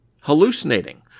Hallucinating